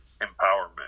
empowerment